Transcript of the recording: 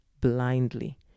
blindly